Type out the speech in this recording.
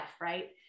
Right